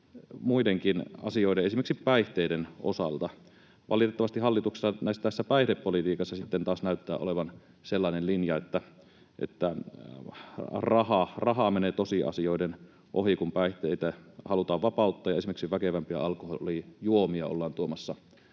muidenkin asioiden, esimerkiksi päihteiden, osalta. Valitettavasti hallituksessa tässä päihdepolitiikassa sitten taas näyttää olevan sellainen linja, että raha menee tosiasioiden ohi, kun päihteitä halutaan vapauttaa, ja esimerkiksi väkevämpiä alkoholijuomia ollaan tuomassa